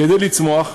כדי לצמוח,